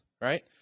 right